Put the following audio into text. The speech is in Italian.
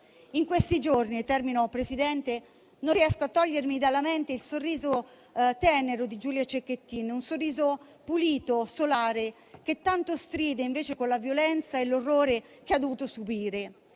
In questi giorni, non riesco a togliermi dalla mente il sorriso tenero di Giulia Cecchettin, un sorriso pulito, solare, che tanto stride invece con la violenza e l'orrore che ha dovuto subire.